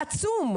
כרגע השארתם עצום.